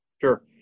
Sure